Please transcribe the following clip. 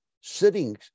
sitting